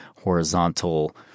horizontal